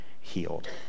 healed